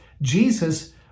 Jesus